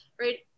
right